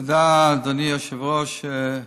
תודה, אדוני היושב-ראש.